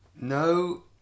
No